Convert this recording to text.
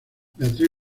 beatriz